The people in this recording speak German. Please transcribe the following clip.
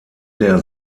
der